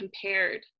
compared